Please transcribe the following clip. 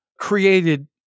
created